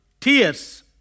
tears